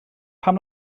pam